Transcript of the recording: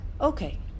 Okay